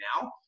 now